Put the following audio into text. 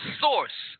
source